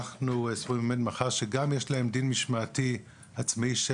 מאחר שיש להם גם דין משמעתי עצמאי של